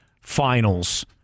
Finals